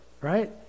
right